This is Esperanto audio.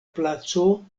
placo